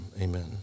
Amen